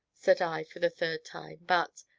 said i, for the third time, but,